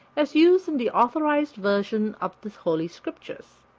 as used in the authorized version of the holy scriptures.